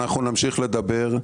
אנחנו נמשיך לדבר,